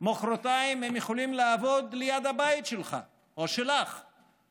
מוחרתיים הם יכולים לעבוד ליד הבית שלךָ או שלךְ